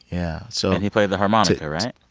yeah. so. and he played the harmonica, right?